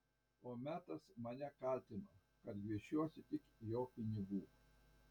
o metas mane kaltino kad gviešiuosi tik jo pinigų